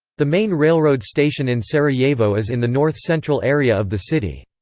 the main railroad station in sarajevo is in the north-central area of the city.